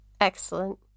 Excellent